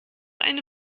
eine